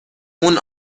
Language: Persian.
اون